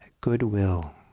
goodwill